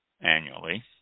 annually